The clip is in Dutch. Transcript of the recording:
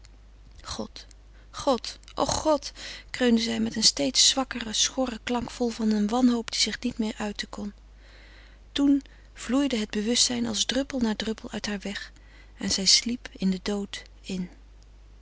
god god o god kreunde zij met een steeds zwakkeren schorren klank vol van een wanhoop die zich niet meer uiten kon toen vloeide het bewustzijn als druppel voor druppel uit haar weg en zij sliep in den dood in